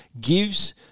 gives